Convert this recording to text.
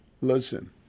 Listen